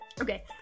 Okay